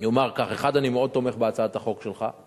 אומר כך: 1. אני מאוד תומך בהצעת החוק שלך,